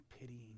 pitying